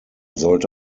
sollte